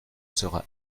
sera